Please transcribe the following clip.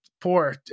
poor